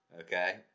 Okay